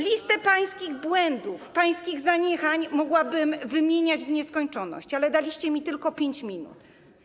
Listę pańskich błędów, pańskich zaniechań mogłabym wymieniać w nieskończoność, ale daliście mi tylko 5 minut.